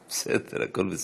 בסדר, הכול בסדר.